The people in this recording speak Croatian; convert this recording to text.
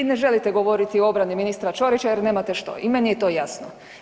Vi ne želite govoriti o obrani ministra Ćorića jer nemate što i meni je to jasno.